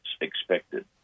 expected